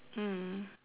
mm